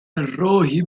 راهی